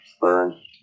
burn